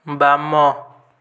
ବାମ